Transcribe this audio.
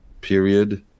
period